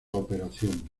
operación